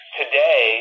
today